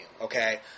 okay